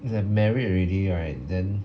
like married already right then